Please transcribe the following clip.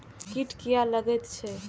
कीट किये लगैत छै?